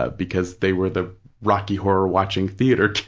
ah because they were the rocky horror-watching theater